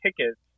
tickets